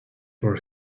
for